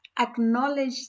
acknowledge